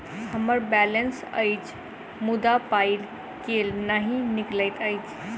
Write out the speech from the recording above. हम्मर बैलेंस अछि मुदा पाई केल नहि निकलैत अछि?